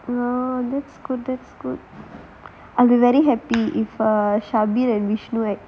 oh that's good that's good I am very happy if um